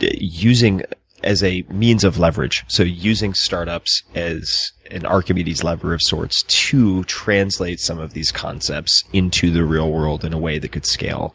using as a means of leverage. so using startups as an archimedes lever of sorts to translate some of these concepts into the real world in a way that could scale